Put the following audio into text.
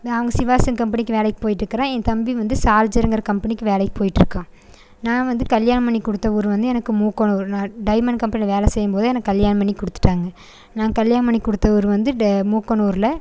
அவங்க சிவாஸுங் கம்பெனிக்கு வேலைக்கு போயிட்ருக்குறாள் என் தம்பி வந்து சால்ஜருங்கிற கம்பெனிக்கு வேலைக்கு போயிட்டிருக்கான் நான் வந்து கல்யாணம் பண்ணி கொடுத்த ஊர் வந்து எனக்கு மூக்கனூர் நான் டைமண்ட் கம்பெனியில் வேலை செய்யும்போது எனக்கு கல்யாணம் பண்ணி கொடுத்துட்டாங்க நான் கல்யாணம் பண்ணி கொடுத்த ஊர் வந்து ட மூக்கனூரில்